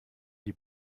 die